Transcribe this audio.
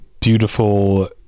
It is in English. beautiful